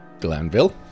Glanville